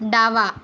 डावा